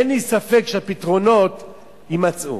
אין לי ספק שהפתרונות יימצאו.